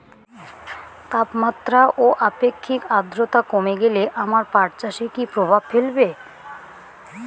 তাপমাত্রা ও আপেক্ষিক আদ্রর্তা কমে গেলে আমার পাট চাষে কী প্রভাব ফেলবে?